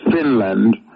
Finland